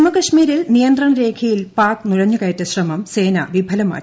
ജമ്മു കാശ്മീരിൽ നിയന്ത്രണ്ട് രേഖയിൽ പാക് നുഴഞ്ഞുകയറ്റ ശ്രമം സ്നേന വീഫലമാക്കി